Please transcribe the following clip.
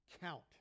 count